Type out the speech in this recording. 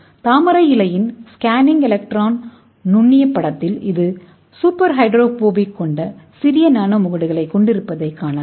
தாமரை இலையின் scanning electron நுண்ணிய படத்தில் இது சூப்பர் ஹைட்ரோபோபிக் கொண்ட சிறிய நானோ முகடுகளைக் கொண்டிருப்பதைக் காணலாம்